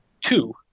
two